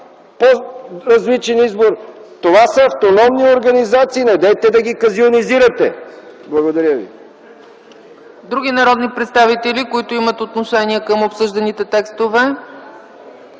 по-различен избор? Това са автономни организации. Недейте да ги казионизирате. ПРЕДСЕДАТЕЛ ЦЕЦКА ЦАЧЕВА: Други народни представители, които имат отношение към обсъжданите текстове?